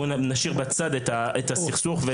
נשאיר בצד את הסכסוך.